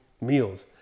meals